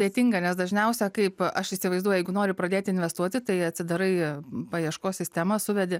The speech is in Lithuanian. ėtinga nes dažniausia kaip aš įsivaizduoju jeigu nori pradėt investuoti tai atsidarai paieškos sistemą suvedi